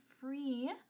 free